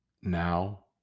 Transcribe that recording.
now